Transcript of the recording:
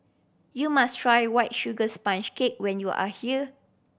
you must try White Sugar Sponge Cake when you are here